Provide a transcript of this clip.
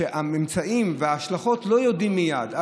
שאת הממצאים וההשלכות לא יודעים מייד,